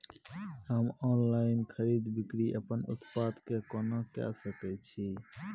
हम ऑनलाइन खरीद बिक्री अपन उत्पाद के केना के सकै छी?